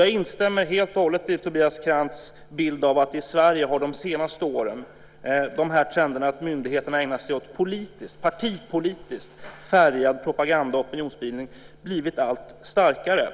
Jag instämmer helt och hållet i Tobias Krantz bild av att i Sverige har de senaste åren trenderna att myndigheterna ägnar sig åt partipolitiskt färgad propaganda och opinionsbildning blivit allt starkare.